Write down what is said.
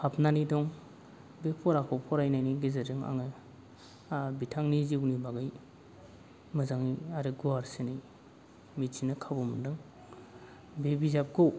हाबनानै दं बे फराखौ फरायनायनि गेजेरजों आङो बिथांनि जिउनि बागै मोजाङै आरो गुवारसिनै मिथिनो खाबु मोन्दों बे बिजाबखौ